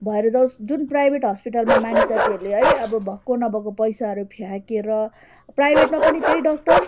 भएर जावोस् जुन प्राइभेट हस्पिटलमा मानिस जातिहरूले है अब भएको नभएको पैसाहरू फ्याँकेर प्राइभेटमा पनि त्यही डक्टर